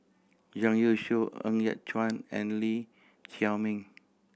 Zhang Youshuo Ng Yat Chuan and Lee Chiaw Meng